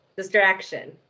distraction